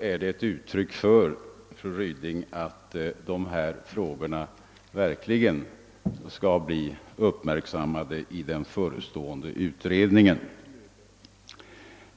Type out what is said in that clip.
är det ett uttryck för att dessa frågor verkligen skall bli uppmärksammade i den förestående utredningen.